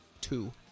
two